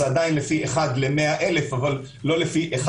זה עדיין לפי 1 ל-100,000 אבל לא לפי 1